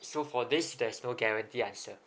so for this there's no guarantee answer